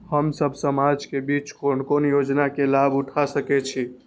हम सब समाज के बीच कोन कोन योजना के लाभ उठा सके छी?